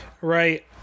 right